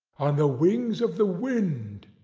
on the wings of the wind,